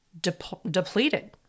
depleted